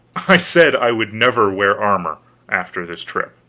i said i would never wear armor after this trip.